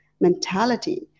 mentality